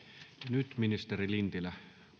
nyt ministeri lintilä